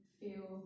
feel